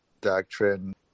doctrine